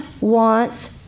wants